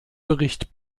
bericht